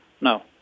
No